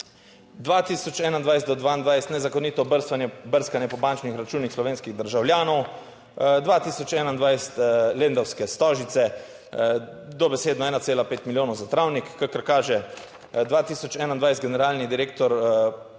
2021 do 2022 nezakonito brskanje, brskanje po bančnih računih slovenskih državljanov, 2021 Lendavske Stožice, dobesedno 1,5 milijonov za travnik, kakor kaže. 2021, generalni direktor